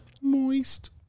moist